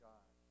God